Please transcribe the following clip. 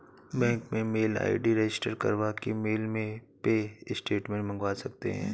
bank में mail ID register करवा के मेल पे स्टेटमेंट मंगवा सकते है